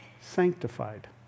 sanctified